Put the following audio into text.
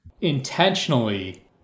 intentionally